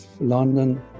london